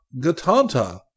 Gatanta